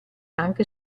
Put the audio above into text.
anche